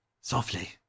Softly